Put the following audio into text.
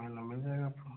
मान लो मिल जाएगा आपको